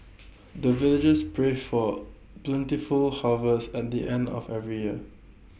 the villagers pray for plentiful harvest at the end of every year